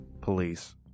police